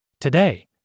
Today